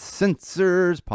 sensors